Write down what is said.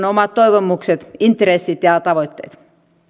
on omat toivomukset intressit ja tavoitteet